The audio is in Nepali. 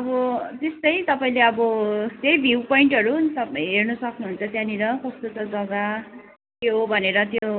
अब त्यस्तै तपाईँले अब त्यही भ्यू पोइन्टहरू हेर्न सक्नुहुन्छ त्यहाँनिर कस्तो छ जग्गा के हो भनेर त्यो